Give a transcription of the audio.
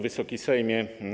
Wysoki Sejmie!